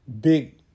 big